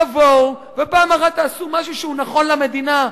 תבואו ופעם אחת תעשו משהו שהוא נכון למדינה,